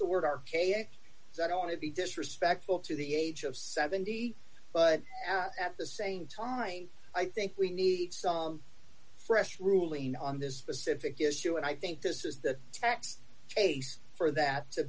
the word archaic that i want to be disrespectful to the age of seventy but at the same time i think we need song fresh ruling on this specific issue and i think this is the tax case for that to